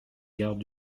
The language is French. gardes